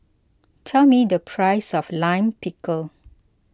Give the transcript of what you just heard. tell me the price of Lime Pickle